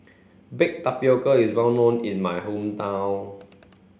Baked Tapioca is well known in my hometown